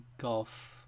Golf